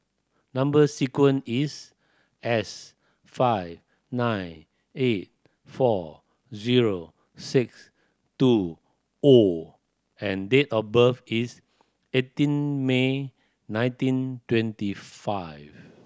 number sequence is S five nine eight four zero six two O and date of birth is eighteen May nineteen twenty five